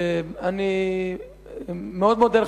אני מאוד מודה לך,